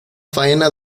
faena